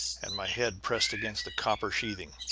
and my head pressed against the copper sheathing,